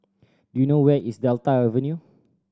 do you know where is Delta Avenue